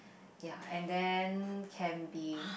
ya and then can be